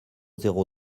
zéro